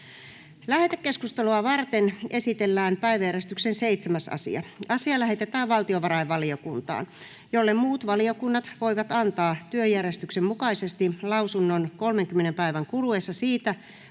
Lähetekeskustelua varten esitellään päiväjärjestyksen 7. asia. Asia lähetetään valtiovarainvaliokuntaan, jolle muut valiokunnat voivat antaa työjärjestyksen mukaisesti lausunnon 30 päivän kuluessa siitä,